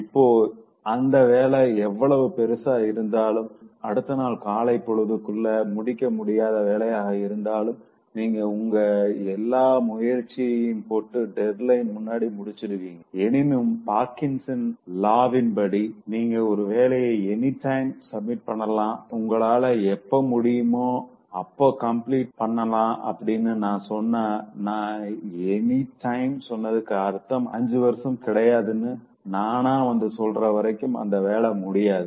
இப்போ அந்த வேல எவ்வளவு பெருசா இருந்தாலும் அடுத்தநாள் காலைப் பொழுதுக்குள்ள முடிக்க முடியாத வேலையாக இருந்தாலும் நீங்க உங்க எல்லா முயற்சியையும் போட்டு டெட்லைனுக்கு முன்னாடி முடிச்சிடுவிங்க எனினும் பார்கின்சன்ஸ் லாவின்Parkinsons law படி நீங்க ஒரு வேலைய எனி டைம் சப்மிட் பண்ணலா உங்களால எப்ப முடியுமோ அப்ப கம்பிலீட் பண்ணலா அப்படின்னு நா சொன்னா நா எனி டைம்னு சொன்னதுக்கு அர்த்தம் 5 வர்ஷம் கிடையாதுன்னு நானா வந்து சொல்ற வரைக்கும் அந்த வேல முடியாது